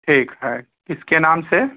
ठीक है किसके नाम से